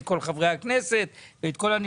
דיון בנוכחות של 50,60 אנשים,